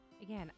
Again